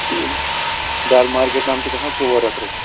Dal market تام چھِ گژھان ژور ہَتھ رۄپیہِ